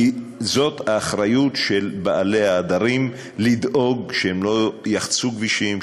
כי זאת האחריות של בעלי העדרים לדאוג שהם לא יחצו כבישים,